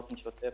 באופן שוטף,